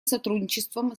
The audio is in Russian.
сотрудничеством